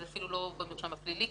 זה אפילו לא במרשם הפלילי,